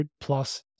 plus